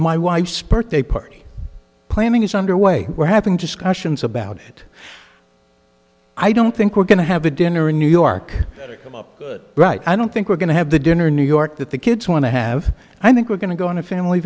my wife's birthday party planning is underway we're having discussions about it i don't think we're going to have a dinner in new york right i don't think we're going to have the dinner in new york that the kids want to have i think we're going to go on a family